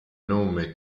nome